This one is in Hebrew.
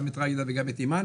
גם את ג'ידא וגם את אימאן,